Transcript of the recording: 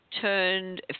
turned